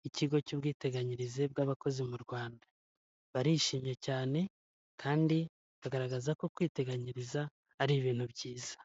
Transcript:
y'ikigo cy'ubwiteganyirize bw'abakozi mu Rwanda. Barishimye cyane kandi agaragaza ko kwiteganyiriza ari ibintu byiza.